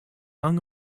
hung